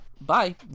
bye